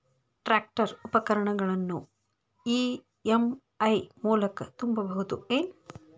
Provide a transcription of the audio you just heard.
Tractor ಉಪಕರಣಗಳನ್ನು EMI ಮೂಲಕ ತುಂಬಬಹುದ ಏನ್?